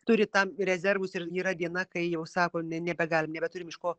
turi tam rezervus ir yra diena kai jau sako ne nebegalim nebeturim iš ko